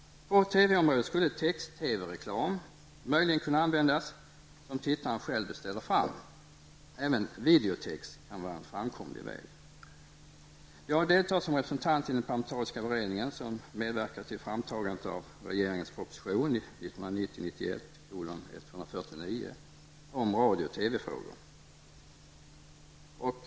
På TV-området skulle text-TV-reklam möjligen kunna användas, som tittaren själv beställer fram. Även videotex kan vara en framkomlig väg. Jag deltar som representant i den parlamentariska beredningen som medverkat till framtagandet av regeringens proposition 1990/91:149 om radio och TV-frågor.